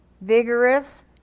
vigorous